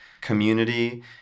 community